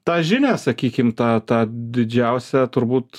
tą žinią sakykim tą tą didžiausią turbūt